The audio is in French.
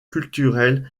culturels